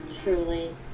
truly